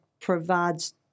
provides